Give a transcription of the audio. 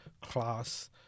class